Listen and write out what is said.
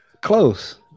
Close